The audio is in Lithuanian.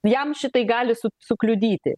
jam šitai gali sukliudyti